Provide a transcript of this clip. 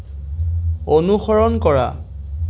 অনুসৰণ কৰা